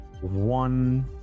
one